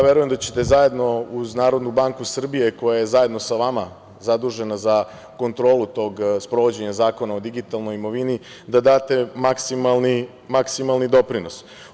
Verujem da ćete zajedno uz NBS koja je zajedno sa vama zadužena kontrolu tog sprovođenja Zakona o digitalnoj imovini da date maksimalni doprinos.